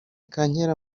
kankera